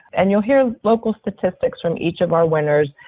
and you'll hear local statistics from each of our winners,